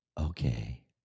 okay